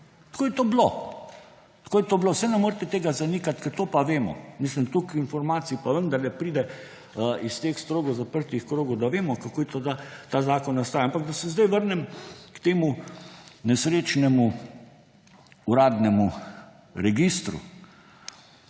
Tako je to bilo. Saj ne morete tega zanikati, ker to pa vemo. Toliko informacij pa vendarle pride iz teh strogo zaprtih krogov, da vemo, kako je ta zakon nastajal. Ampak da se zdaj vrnem k temu nesrečnemu uradnemu registru.